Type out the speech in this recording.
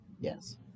Yes